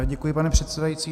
Děkuji, pane předsedající.